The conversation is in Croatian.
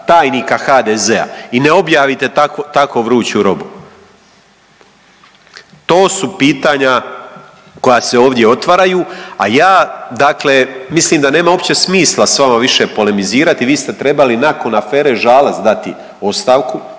tajnika HDZ-a i ne objavite tako vruću robu. To su pitanja koja se ovdje otvaraju, a ja dakle mislim da nema uopće smisla sa vama više polemizirati. Vi ste trebali nakon afere Žalac dati ostavku,